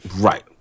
Right